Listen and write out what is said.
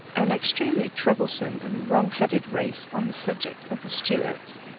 an extremely troublesome and wrong-headed race on the subject of the stuarts,